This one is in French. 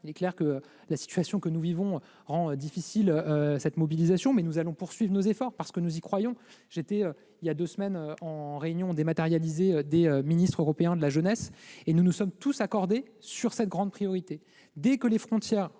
Il est clair que la situation que nous vivons rend difficile cette mobilisation, mais nous allons poursuivre nos efforts, parce que nous y croyons. J'ai participé voilà deux semaines à une réunion dématérialisée des ministres européens de la jeunesse. Nous nous sommes tous accordés sur cette grande priorité.